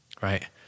right